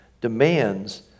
demands